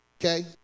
okay